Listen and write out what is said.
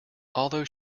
although